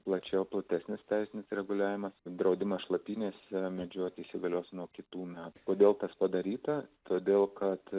plačiau platesnis teisinis reguliavimas draudimas šlapynėse ir medžioti įsigalios nuo kitų metų kodėl tas padaryta todėl kad